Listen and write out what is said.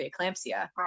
preeclampsia